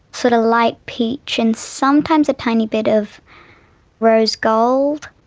sort of light peach, and sometimes a tiny bit of rose gold.